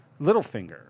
Littlefinger